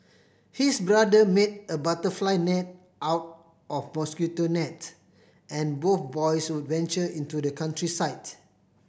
his brother made a butterfly net out of mosquito nets and both boys would venture into the countryside